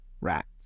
rats